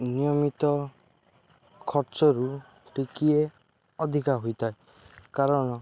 ନିୟମିତ ଖର୍ଚ୍ଚରୁ ଟିକିଏ ଅଧିକା ହୋଇଥାଏ କାରଣ